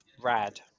rad